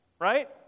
right